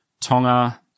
Tonga